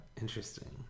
interesting